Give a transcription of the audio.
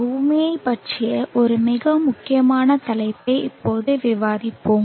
பூமியைப் பற்றிய ஒரு மிக முக்கியமான தலைப்பை இப்போது விவாதிப்போம்